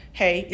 hey